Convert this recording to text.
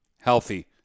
healthy